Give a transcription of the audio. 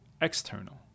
external